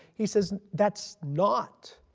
he says that's not